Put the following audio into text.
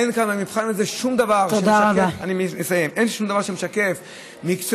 אין במבחן הזה שום דבר שמשקף מקצועיות,